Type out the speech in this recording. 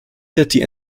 city